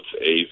eight